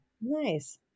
Nice